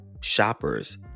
shoppers